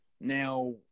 now –